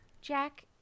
Jack